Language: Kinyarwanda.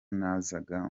nazaga